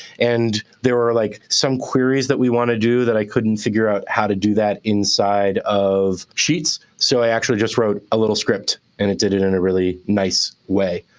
and there were like some queries that we want to do that i couldn't figure out how to do that inside of sheets. so i actually just wrote a little script. and it did it in a really nice way.